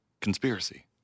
conspiracy